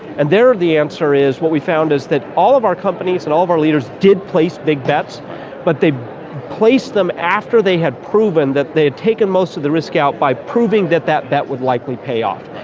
and there the answer is, what we found is that all of our companies and all of our leaders did place big bets but they placed them after they had proven that they had taken most of the risk out by proving that that bet would likely pay off.